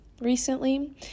recently